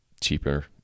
cheaper